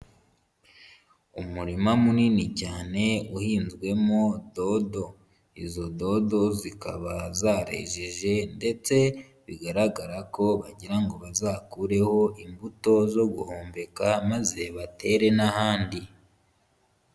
Umurima munini cyane uhinzwemo dodo, izo dodo zikaba zarejeje ndetse bigaragara ko bagira ngo bazakureho imbuto zo guhomeka maze batere n'ahandi.